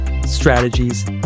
strategies